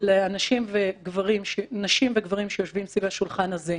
לנשים וגברים שיושבים סביב השולחן הזה.